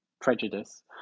prejudice